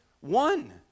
one